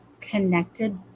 connected